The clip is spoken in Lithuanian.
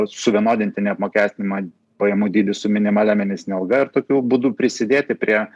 suvienodinti neapmokestinamą pajamų dydį su minimalia mėnesine alga ir tokiu būdu prisidėti prie